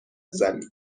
میزنیم